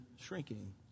shrinking